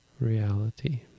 reality